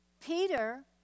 Peter